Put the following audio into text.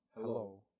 hello